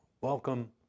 Welcome